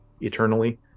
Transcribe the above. eternally